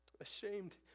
Ashamed